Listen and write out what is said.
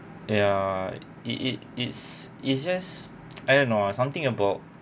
ya it it it's it's just I don't know ah something about